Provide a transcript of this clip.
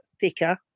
thicker